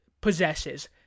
possesses